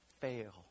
fail